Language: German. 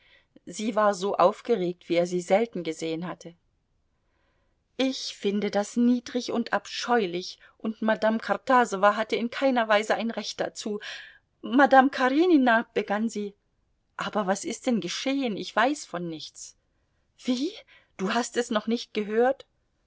sie war so aufgeregt wie er sie selten gesehen hatte ich finde das niedrig und abscheulich und madame kartasowa hatte in keiner weise ein recht dazu madame karenina begann sie aber was ist denn geschehen ich weiß von nichts wie du hast es noch nicht gehört